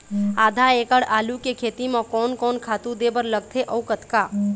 आधा एकड़ आलू के खेती म कोन कोन खातू दे बर लगथे अऊ कतका?